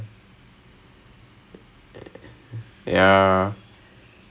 நம்ம:namma lecturer கிட்டயும் ஒன்னும் கேட்கமாட்டோம்:kittayum onnum kaetkamaatom